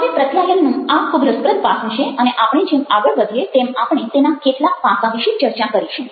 હવે પ્રત્યાયનનું આ ખૂબ રસપ્રદ પાસું છે અને આપણે જેમ આગળ વધીએ તેમ આપણે તેના કેટલાંક પાસાં વિશે ચર્ચા કરીશું